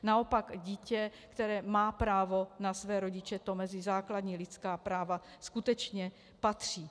Naopak dítě, které má právo na své rodiče, to mezi základní lidská práva skutečně patří.